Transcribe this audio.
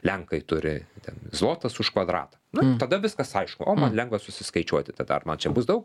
lenkai turi ten zlotas už kvadratą nu tada viskas aišku o man lengva susiskaičiuoti tada ar man čia bus daug